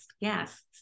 guests